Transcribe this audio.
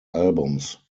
albums